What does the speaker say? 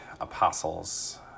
apostles